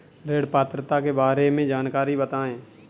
ऋण पात्रता के बारे में जानकारी बताएँ?